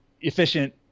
efficient